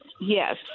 Yes